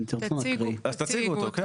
אז תציגו אותו.